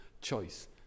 choice